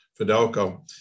Fidelco